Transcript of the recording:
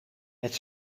het